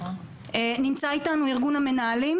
נמצא איתנו ארגון המנהלים?